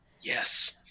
Yes